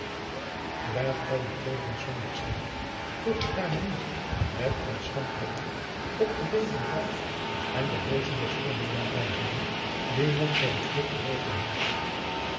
draagt gij die kleederen s zondags gheryt vroeg de kamenier met een schamperen lagch op het lederen buis en de hoozen des vreemdelings wijzende die nog voor het vuur te droogen hingen